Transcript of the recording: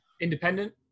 Independent